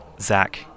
Zach